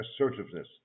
assertiveness